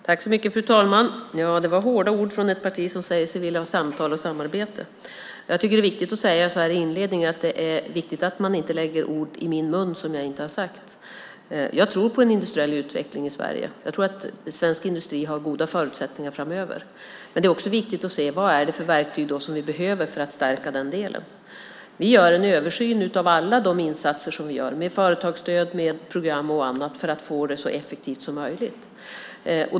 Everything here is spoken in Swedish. Fru talman! Det var hårda ord från ett parti som säger sig vilja ha samtal och samarbete. Jag tycker att det är viktigt att inledningsvis säga att det är viktigt att man inte lägger ord i min mun som jag inte har sagt. Jag tror på en industriell utveckling i Sverige. Jag tror att svensk industri har goda förutsättningar framöver. Men det är också viktigt att se vilka verktyg vi behöver för att stärka den delen. Vi gör en översyn av alla insatser som företagsstöd, program och annat, för att få det så effektivt som möjligt.